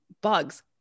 bugs